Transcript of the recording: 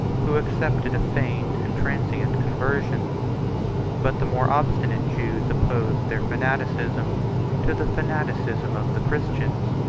who accepted a feigned and transient conversion but the more obstinate jews opposed their fanaticism to the fanaticism of the christians,